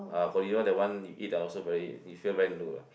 uh Godiva that one you eat ah also very you feel very ah